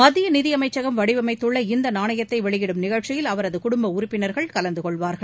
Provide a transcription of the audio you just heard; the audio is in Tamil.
மத்திய நிதியமைச்சகம் வடிவமைத்துள்ள இந்த நாணயத்தை வெளியிடும் நிகழ்ச்சியில் அவரது குடும்ப உறுப்பினர்கள் கலந்து கொள்வார்கள்